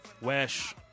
Wesh